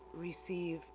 receive